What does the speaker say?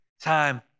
time